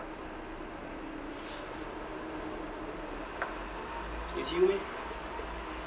is you meh